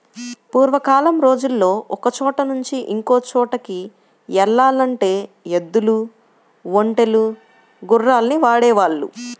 పూర్వకాలం రోజుల్లో ఒకచోట నుంచి ఇంకో చోటుకి యెల్లాలంటే ఎద్దులు, ఒంటెలు, గుర్రాల్ని వాడేవాళ్ళు